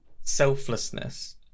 selflessness